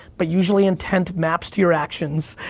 but usually intent maps to your actions,